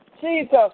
Jesus